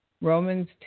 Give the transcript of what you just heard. Romans